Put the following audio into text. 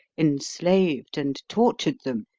enslaved, and tortured them